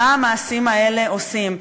מה המעשים האלה עושים.